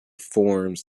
forms